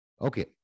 Okay